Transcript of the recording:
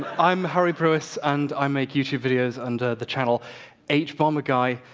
i'm harry brewis and i make youtube videos under the channel hbomberguy.